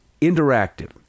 Interactive